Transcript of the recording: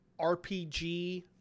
RPG